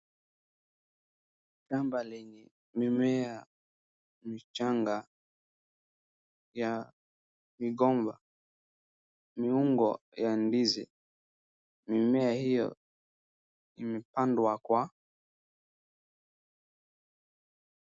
Shamba lenye mimea michanga ya migomba miungo ya ndizi. Mimea hiyo imepandwa kwa.